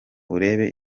urebe